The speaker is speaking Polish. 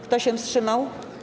Kto się wstrzymał?